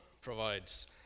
provides